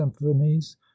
symphonies